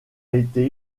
été